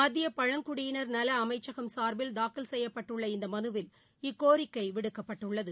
மத்தியபழங்குடியினர் நலஅமைச்சகம் சார்பில் தாக்கல் செய்யப்பட்டுள்ள இந்தமனுவில் இக்கோரிக்கைவிடுக்கப்பட்டுள்ளது